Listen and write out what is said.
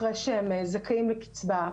אחרי שהם זכאים לקיצבה,